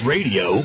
Radio